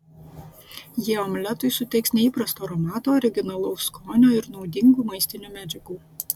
jie omletui suteiks neįprasto aromato originalaus skonio ir naudingų maistinių medžiagų